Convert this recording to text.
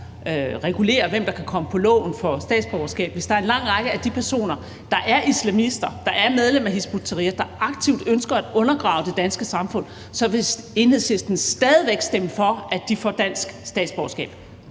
regulerer, hvem der kan komme på loven for statsborgerskab, som er islamister, som er medlem af Hizb ut-Tahrir, og som aktivt ønsker at undergrave det danske samfund, vil Enhedslisten stadig væk stemme for, at de får dansk statsborgerskab?